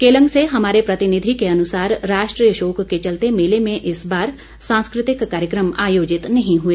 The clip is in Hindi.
केलंग से हमारे प्रतिनिधि के अनुसार राष्ट्रीय शोक के चलते मेले में इस बार सांस्कृतिक कार्यक्रम आयोजित नहीं हुए